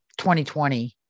2020